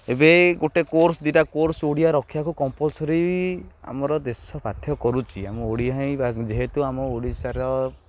ଏବେ ଗୋଟେ କୋର୍ସ୍ ଦୁଇଟା କୋର୍ସ୍ ଓଡ଼ିଆ ରଖିବାକୁ କମ୍ପଲ୍ସରି ଆମର ଦେଶ ବାଧ୍ୟ କରୁଛି ଆମ ଓଡ଼ିଆ ହିଁ ଯେହେତୁ ଆମ ଓଡ଼ିଶାର